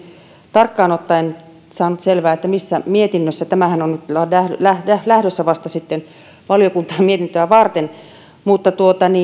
tarkkaan ottaen saanut selvää missä mietinnössä tämähän on lähdössä vasta valiokuntaan mietintöä varten mutta